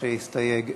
שהסתייג,